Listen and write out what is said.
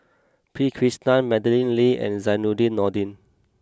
P Krishnan Madeleine Lee and Zainudin Nordin